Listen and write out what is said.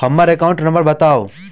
हम्मर account number बताऊ?